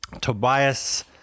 Tobias